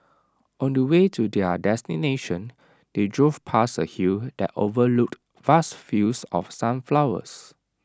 on the way to their destination they drove past A hill that overlooked vast fields of sunflowers